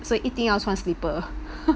so 一定要穿 slipper